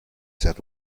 said